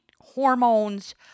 hormones